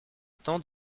temps